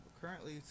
currently